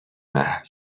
محو